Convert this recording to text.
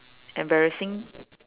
embarrassing